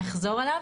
אני אחזור עליו: